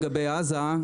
לגבי עזה,